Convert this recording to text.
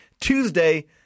Tuesday